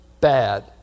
bad